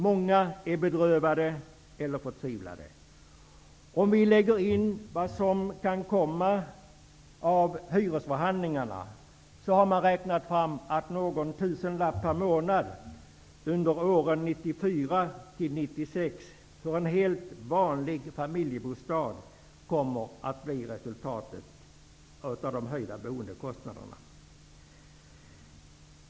Många är bedrövade eller förtvivlade. Om vi lägger in vad som kan komma av hyresförhandlingarna, har man räknat ut att boendekostnaden för en helt vanlig familjebostad kommer att höjas med någon tusenlapp per månad under åren 1994--1996.